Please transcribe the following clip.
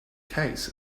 case